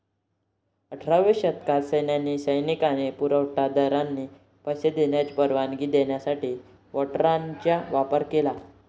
अठराव्या शतकात सैन्याने सैनिक आणि पुरवठा दारांना पैसे देण्याची परवानगी देण्यासाठी वॉरंटचा वापर केला